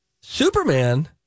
Superman